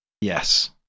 Yes